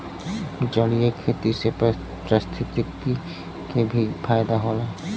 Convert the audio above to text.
जलीय खेती से पारिस्थितिकी के भी फायदा होला